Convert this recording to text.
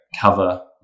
cover